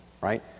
right